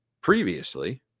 previously